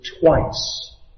twice